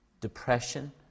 depression